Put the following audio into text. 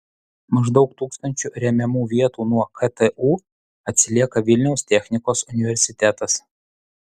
maždaug tūkstančiu remiamų vietų nuo ktu atsilieka vilniaus technikos universitetas